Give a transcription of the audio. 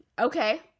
okay